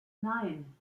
nein